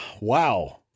Wow